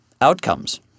outcomes